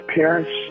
parents